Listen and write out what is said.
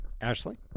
ashley